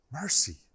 Mercy